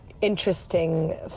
interesting